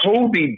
Kobe